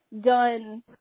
done